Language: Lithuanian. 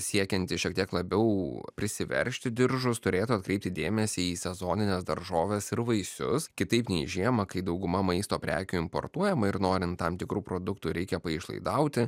siekiantys šiek tiek labiau prisiveršti diržus turėtų atkreipti dėmesį į sezonines daržoves ir vaisius kitaip nei žiemą kai dauguma maisto prekių importuojama ir norint tam tikrų produktų reikia paišlaidauti